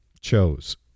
chose